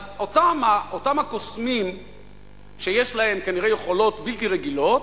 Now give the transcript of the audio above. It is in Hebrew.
אז אותם הקוסמים שיש להם כנראה יכולות בלתי רגילות,